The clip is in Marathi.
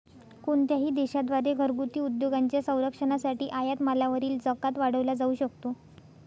कोणत्याही देशा द्वारे घरगुती उद्योगांच्या संरक्षणासाठी आयात मालावरील जकात वाढवला जाऊ शकतो